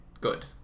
good